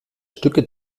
stücke